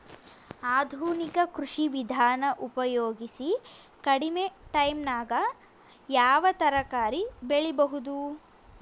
ಆಧುನಿಕ ಕೃಷಿ ವಿಧಾನ ಉಪಯೋಗಿಸಿ ಕಡಿಮ ಟೈಮನಾಗ ಯಾವ ತರಕಾರಿ ಬೆಳಿಬಹುದು?